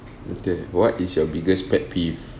okay what is your biggest pet peeve